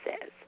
says